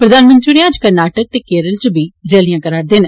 प्रधानमंत्री होर अज्ज कर्नाटक ते केरल च बी रैलियां करा'रदे न